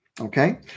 Okay